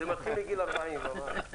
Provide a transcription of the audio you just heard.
זה מתחיל מגיל 40 ומעלה.